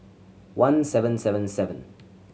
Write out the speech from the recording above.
one seven seven seven